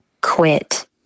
quit